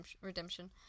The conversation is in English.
redemption